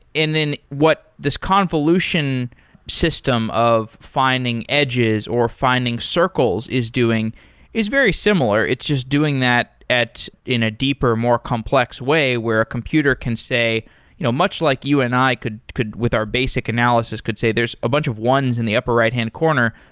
then what this convolution system of finding edges or finding circles is doing is very similar. it's just doing that in a deeper, more complex way where a computer can say you know much like you and i could could with our basic analysis could say there's a bunch of ones in the upper right-hand corner,